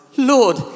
Lord